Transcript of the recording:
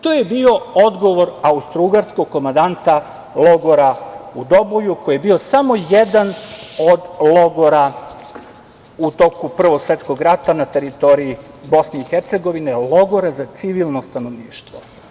To je bio odgovor austrougarskog komandanta logora u Doboju koji je bio samo jedan od logora u toku Prvog svetskog rata na teritoriji BiH, logore za civilno stanovništvo.